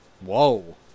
Whoa